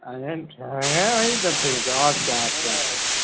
اچھا ٹھیک ہے بھائی سب ٹھیک ہے اوکے آتے ہیں